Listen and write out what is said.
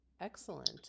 Excellent